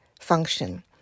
function